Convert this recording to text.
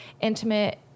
intimate